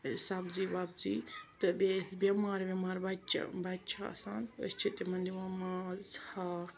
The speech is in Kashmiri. بیٚیہِ سبزی وَبزی تہٕ بیٚیہِ مارٕ وارٕ بَچہِ بَچہِ چھِ آسان أسۍ چھِ دِوان تِمن ماز ہاکھ